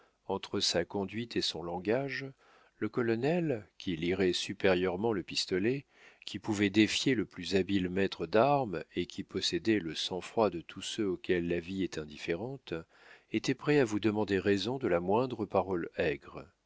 entre sa conduite et son langage le colonel qui tirait supérieurement le pistolet qui pouvait défier le plus habile maître d'armes et qui possédait le sang-froid de tous ceux auxquels la vie est indifférente était prêt à vous demander raison de la moindre parole aigre